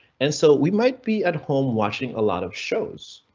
and so we might be at home watching a lot of shows,